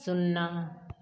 शुन्ना